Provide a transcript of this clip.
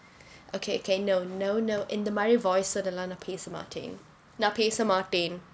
okay okay no no no இந்த மாதிரி:intha maathiri voice வோட எல்லாம் நான் பேச மாட்டேன் நான் பேச மாட்டேன்:voda ellaam naan pesa maaten naan pesa maaten